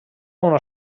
una